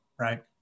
right